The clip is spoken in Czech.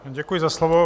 Děkuji za slovo.